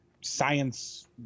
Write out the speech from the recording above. science